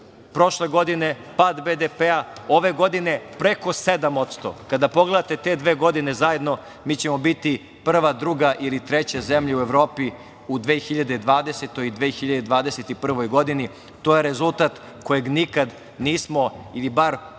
prošle godine, pad BDP-a, ove godine preko 7-%. Kada pogledate te dve godine zajedno, mi ćemo biti prva, druga ili treća zemlja u Evropi, u 2020. i 2021. godini. To je rezultat kojeg nikada nismo ili, bar u